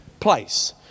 place